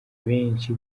benshi